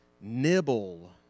nibble